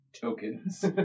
tokens